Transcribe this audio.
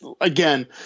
again